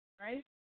Right